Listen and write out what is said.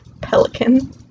Pelican